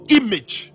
image